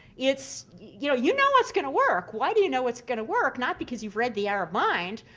it's you know you know it's going to work. why do you know it's going to work? not because you've read the arab mind,